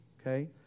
Okay